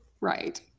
Right